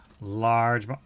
large